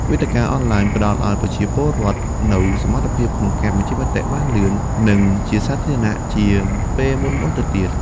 វេទិកាអនឡាញផ្តល់ឱ្យប្រជាពលរដ្ឋនូវសមត្ថភាពក្នុងការបញ្ចេញមតិបានលឿន និងជាសាធារណៈជាងពេលមុនៗទៅទៀត។